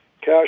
Cash